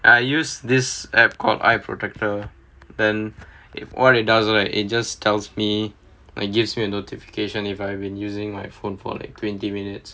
I use this application called eye protector then all it does right it just tells me and gives me a notification if I've been using my phone for like twenty minutes